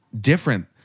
different